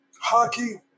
Hockey